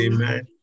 Amen